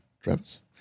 Travis